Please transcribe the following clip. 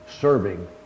serving